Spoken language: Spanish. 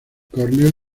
cornell